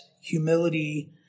humility